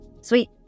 Sweet